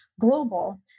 global